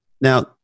Now